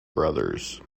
brothers